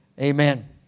Amen